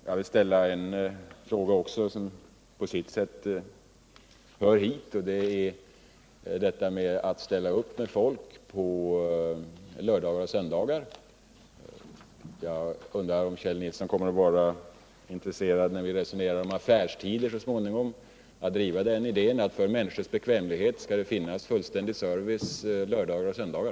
När det gäller att ställa upp med personal på lördagar och söndagar vill jag till Kjell Nilsson ställa en fråga, som på sätt och vis hör hit: Kommer Kjell Nilsson, när vi så småningom skall resonera om affärstiderna, att vara lika intresserad av att driva den idén att det för människornas bekvämlighet skall finnas fullständig service lördagar och söndagar?